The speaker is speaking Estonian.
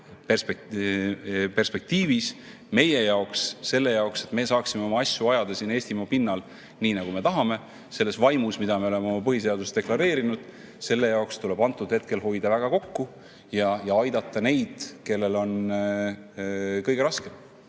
perspektiivis meie jaoks, selle jaoks, et me saaksime oma asju ajada siin Eestimaa pinnal nii, nagu me tahame, selles vaimus, mida me oleme oma põhiseaduses deklareerinud, tuleb hetkel hoida väga kokku ja aidata neid, kellel on kõige raskem.